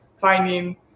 finding